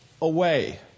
away